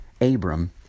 Abram